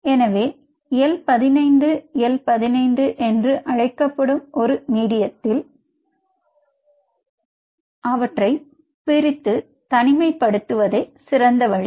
எனவே L 15 L 15 என்று அழைக்கப்படும் ஒரு மீடியத்தில் அவற்றை பிரித்து தனிமைப்படுத்துவதே சிறந்த வழி